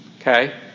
okay